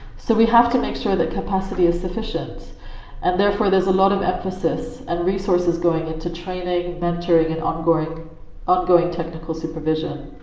so we have to make sure that capacity is sufficient and therefore there's a lot of emphasis and resources going into training, mentoring and ongoing ongoing technical supervision.